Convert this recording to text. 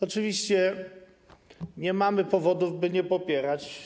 Oczywiście, nie mamy powodów, by nie popierać.